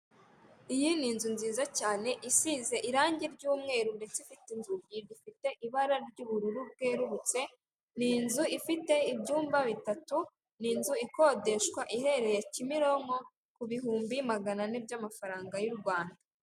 Iyi ni inzu nziza cyane isize irangi ry'umweru ndetse ifite inzugi zifite ibara ry'ubururu bwerurutse, ni inzu ifite ibyumba bitatu, ni inzu ikodeshwa iherereye Kimironko ku bihumbi magana ane by'amafaranga y'u Rwanda.